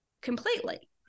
completely